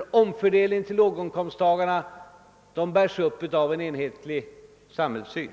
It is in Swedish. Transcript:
och omfördelningen till låginkomsttagarna bärs upp av en enhetlig samhällssyn.